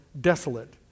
desolate